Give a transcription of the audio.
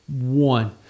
one